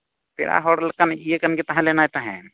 ᱯᱮᱲᱟ ᱦᱚᱲ ᱞᱮᱠᱟᱱᱤᱡ ᱤᱭᱟᱹ ᱠᱟᱱᱜᱮ ᱛᱟᱦᱮᱸ ᱞᱮᱱᱟᱭ ᱛᱟᱦᱮᱸᱫ